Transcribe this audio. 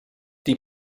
die